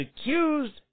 accused